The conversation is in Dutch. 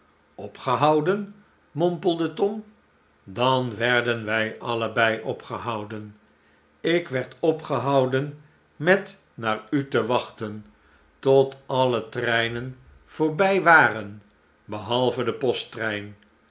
opgehouden mompelde tom dan werden wij allebei opgehouden ik werd opgehouden met naar u te wachten tot alle treinen voorbij waren behalve de